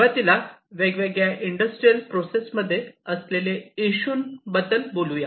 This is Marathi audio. सुरुवातीला वेगवेगळ्या इंडस्ट्रियल प्रोसेस मध्ये असलेले इशू बद्दल बोलूया